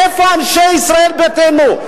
איפה אנשי ישראל ביתנו?